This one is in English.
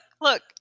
look